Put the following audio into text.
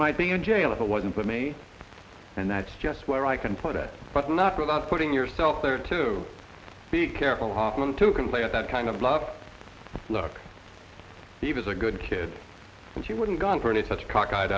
might be in jail if it wasn't for me and that's just where i can put it but not without putting yourself there to be careful hofmann two can play at that kind of love look he was a good kid and she wouldn't go in for any such cockeyed